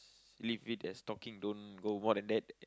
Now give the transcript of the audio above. leave it as talking don't go more than that